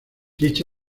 dicha